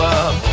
up